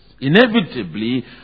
inevitably